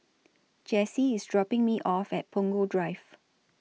Jesse IS dropping Me off At Punggol Drive